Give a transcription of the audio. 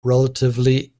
relatively